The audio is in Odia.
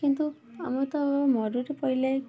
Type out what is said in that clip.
କିନ୍ତୁ ଆମେ ତ ମରୁଡ଼ି ପଇଲେ